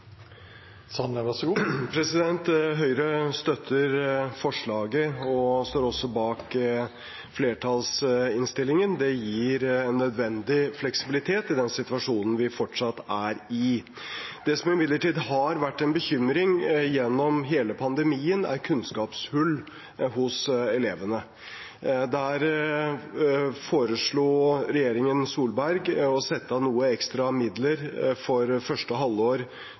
står også bak flertallsinnstillingen. Det gir nødvendig fleksibilitet i den situasjonen vi fortsatt er i. Det som imidlertid har vært en bekymring gjennom hele pandemien, er kunnskapshull hos elevene. Der foreslo regjeringen Solberg å sette av noen ekstra midler for første halvår